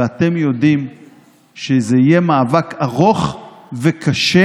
ואתם יודעים שזה יהיה מאבק ארוך וקשה,